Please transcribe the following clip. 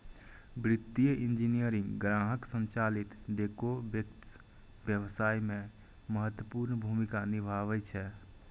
वित्तीय इंजीनियरिंग ग्राहक संचालित डेरेवेटिव्स व्यवसाय मे महत्वपूर्ण भूमिका निभाबै छै